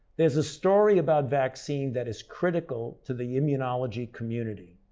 there's a story about vaccine that is critical to the immunology community.